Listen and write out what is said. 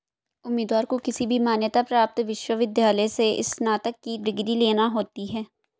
उम्मीदवार को किसी भी मान्यता प्राप्त विश्वविद्यालय से स्नातक की डिग्री लेना होती है